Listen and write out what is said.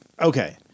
Okay